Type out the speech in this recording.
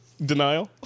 Denial